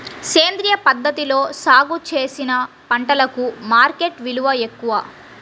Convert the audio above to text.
సేంద్రియ పద్ధతిలో సాగు చేసిన పంటలకు మార్కెట్ విలువ ఎక్కువ